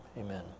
amen